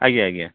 ଆଜ୍ଞା ଆଜ୍ଞା